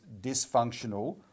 dysfunctional